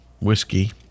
whiskey